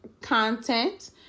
content